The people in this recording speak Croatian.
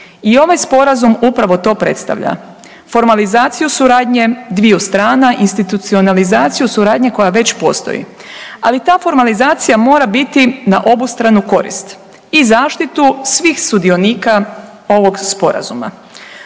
I ovaj Sporazum upravo to predstavlja. Formalizaciju suradnje dviju strana, institucionalizaciju suradnje koja već postoji, ali ta formalizacija mora biti na obostranu korist. I zaštitu svih sudionika ovog Sporazuma.